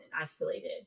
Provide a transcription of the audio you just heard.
isolated